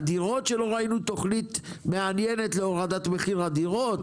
הדירות שלא ראינו תכנית מעניינת להורדת מחיר הדירות,